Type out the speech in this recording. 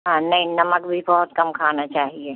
हाँ नहीं नमक भी बहुत कम खाना चाहिए